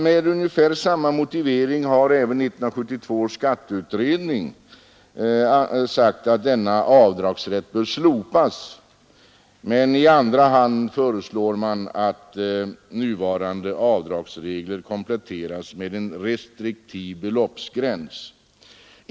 Med ungefär samma motivering har även 1972 års skatteutredning sagt att denna avdragsrätt bör slopas. I andra hand föreslår man att nuvarande avdragsregler kompletteras med en restriktiv beloppsgräns.